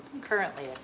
currently